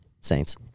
Saints